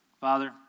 Father